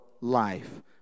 life